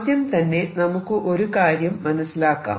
ആദ്യം തന്നെ നമുക്ക് ഒരു കാര്യം മനസിലാക്കാം